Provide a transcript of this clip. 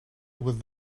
with